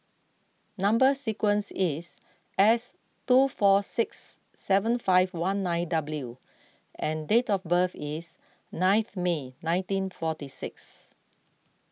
Number Sequence is S two four six seven five one nine W and date of birth is ninth May nineteen forty six